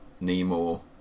Nemo